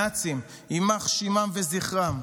הנאצים, יימח שמם וזכרם,